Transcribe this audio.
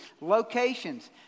locations